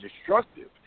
destructive